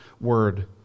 Word